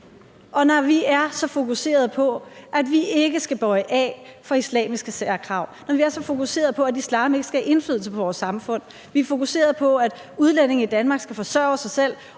Når vi er så fokuserede på, at vi ikke skal bøje af for islamiske særkrav, når vi er så fokuserede på, at islam ikke skal have indflydelse på vores samfund, og når vi er fokuserede på, at udlændinge i Danmark skal forsørge sig selv,